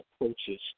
approaches